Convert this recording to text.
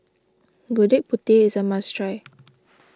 Gudeg Putih is a must try